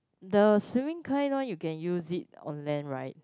the swimming kind one you can use it on lane right